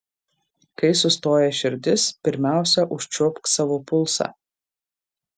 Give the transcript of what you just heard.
kai sustoja širdis pirmiausia užčiuopk savo pulsą